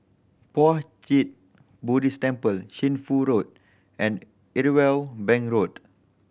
Puat Jit Buddhist Temple Shunfu Road and Irwell Bank Road